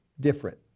different